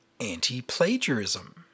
anti-plagiarism